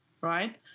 right